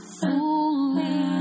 fully